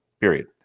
period